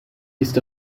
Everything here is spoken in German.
ist